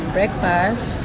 Breakfast